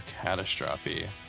Catastrophe